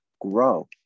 grow